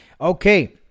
Okay